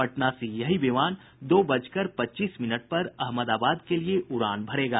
पटना से यही विमान दो बजकर पच्चीस मिनट पर अहमदाबाद के लिए उड़ान भरेगा